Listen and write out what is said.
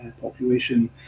population